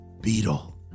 beetle